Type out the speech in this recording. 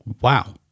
Wow